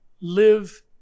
live